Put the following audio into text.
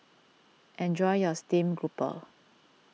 enjoy your Steamed Grouper